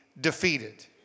defeated